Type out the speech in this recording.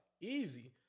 Easy